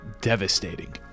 devastating